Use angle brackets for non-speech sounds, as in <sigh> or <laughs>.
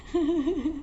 <laughs>